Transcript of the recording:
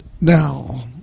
now